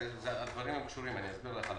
הדברים קשורים ואני אסביר לך למה.